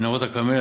(מנהרות הכרמל),